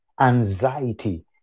anxiety